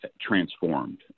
transformed